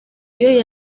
iyo